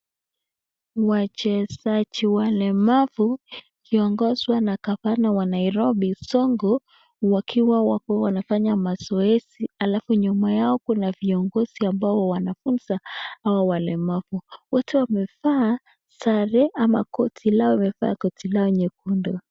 Wachezaji walemavu wakiongozwa na gavana wa Nairobi, Sonko, wakiwa wako wanafanya mazoezi alafu nyuma yao kuna viongozi ambao wanafunza hawa walemavu. Wote wamevaa sare ama koti lao, wamevaa koti lao nyekundu.